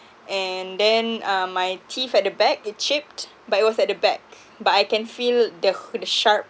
and then um my teeth at the back it chipped but it was at the back but I can feel the h~ the sharpness